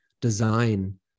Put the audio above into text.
design